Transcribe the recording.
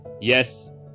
yes